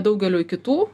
daugeliui kitų